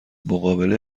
مقابل